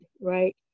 right